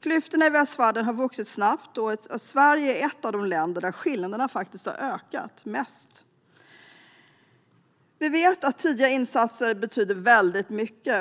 Klyftorna i västvärlden har vuxit snabbt, och Sverige är ett av de länder där skillnaderna har ökat mest. Vi vet att tidiga insatser betyder mycket.